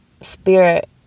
spirit